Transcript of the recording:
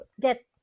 get